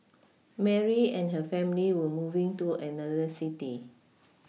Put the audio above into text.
Mary and her family were moving to another city